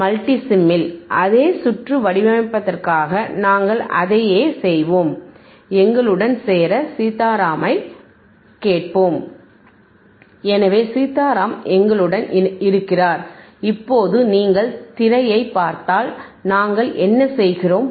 மல்டிசிமில் அதே சுற்று வடிவமைப்பதற்காக நாங்கள் அதையே செய்வோம் எங்களுடன் சேர சீதாராமைக் கேட்போம் எனவே சீதாராம் எங்களுடன் இருக்கிறார் இப்போது நீங்கள் திரையைப் பார்த்தால் நாங்கள் என்ன செய்கிறோம்